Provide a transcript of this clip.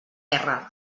guerra